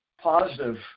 positive